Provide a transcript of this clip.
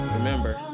Remember